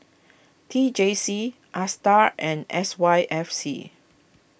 T J C Astar and S Y F C